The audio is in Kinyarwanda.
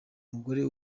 mugore